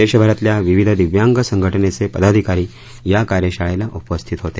देशभरात या विविध दि यांग संघटनेचे पदाधिकारी या कायशाळेला उप िथत होते